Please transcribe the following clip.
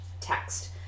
text